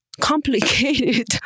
complicated